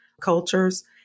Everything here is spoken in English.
cultures